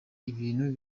ibintu